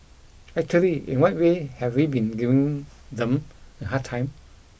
actually in what way have we been giving them a hard time